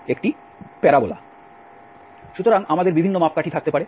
সুতরাং আমাদের বিভিন্ন মাপকাঠি থাকতে পারে